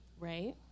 right